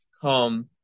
come